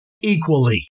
equally